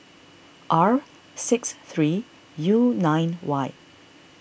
R six three U nine Y